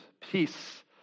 Peace